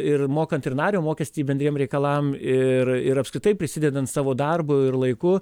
ir mokant ir nario mokestį bendriem reikalam ir ir apskritai prisidedant savo darbu ir laiku